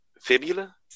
fibula